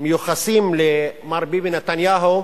שמיוחסים למר ביבי נתניהו,